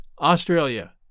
Australia